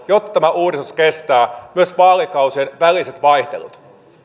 jotta tämä uudistus kestää myös vaalikausien väliset vaihtelut